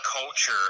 culture